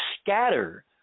scatter